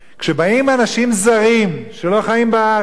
כשבאים אנשים זרים, שלא חיים בארץ,